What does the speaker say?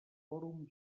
fòrum